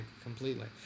completely